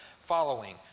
following